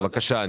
בבקשה.